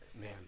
man